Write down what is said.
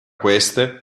queste